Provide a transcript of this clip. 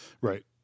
Right